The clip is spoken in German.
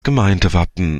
gemeindewappen